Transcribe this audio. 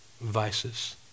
vices